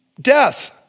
death